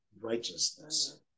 righteousness